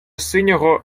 синього